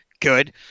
Good